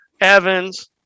Evans